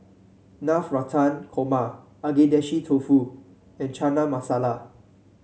Navratan Korma Agedashi Dofu and Chana Masala